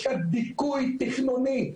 יש כאן דיכוי תכנוני,